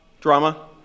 drama